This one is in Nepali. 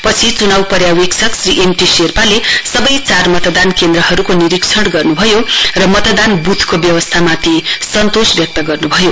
पछि चुनाउ पर्यविक्षक श्री एमटी शेर्पाले सबै चार मतदान केन्द्रहरुको निरीक्षण गर्नुभयो र मतदान बूथको व्यवस्थानीय सन्तोष व्यक्त गर्नुभयो